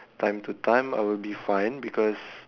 time to time I will be fine because